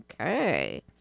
Okay